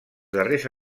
darrers